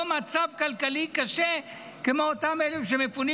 מצב כלכלי קשה כמו אותם אלה שמפונים.